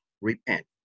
repent